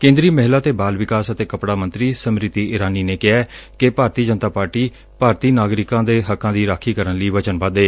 ਕੇਂਦਰੀ ਮਹਿਲਾ ਤੇ ਬਾਲ ਵਿਕਾਸ ਅਤੇ ਕੱਪੜਾ ਮੰਤਰੀ ਸਮ੍ਿਤੀ ਇਰਾਨੀ ਨੇ ਕਿਹੈ ਕਿ ਭਾਰਤੀ ਜਨਤਾ ਪਾਰਟੀ ਭਾਰਤੀ ਨਾਗਰਿਕਾਂ ਦੇ ਹੱਕਾਂ ਦੀ ਰਾਖੀ ਕਰਨ ਲਈ ਵਚਨਬੱਧ ਏ